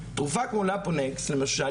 למשל,